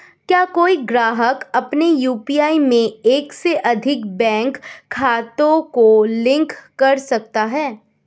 क्या कोई ग्राहक अपने यू.पी.आई में एक से अधिक बैंक खातों को लिंक कर सकता है?